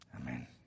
Amen